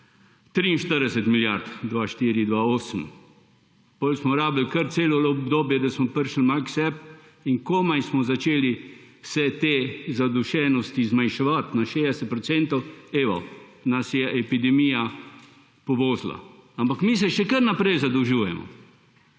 43 milijard, 2004–2008. Potem smo potrebovali kar celo obdobje, da smo prišli malo k sebi, in komaj smo začeli vse te zadušenosti zmanjševati na 60 %, evo, nas je epidemija povozila. Ampak mi se še kar naprej zadolžujemo!